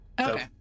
Okay